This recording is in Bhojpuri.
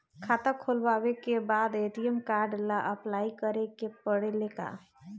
खाता खोलबाबे के बाद ए.टी.एम कार्ड ला अपलाई करे के पड़ेले का?